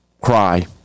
Cry